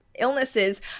illnesses